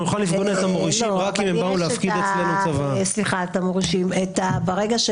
אנחנו יכולים לפגוש את המורישים רק אם הפקידו אצלנו צוואה.